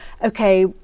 okay